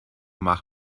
mach